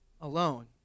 alone